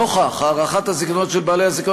נוכח הארכת הזיכיונות של בעלי הזיכיון